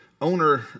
owner